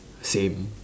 same